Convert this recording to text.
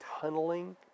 tunneling